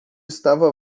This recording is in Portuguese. estava